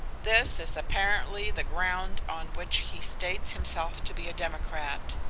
this is apparently the ground on which he states himself to be a democrat.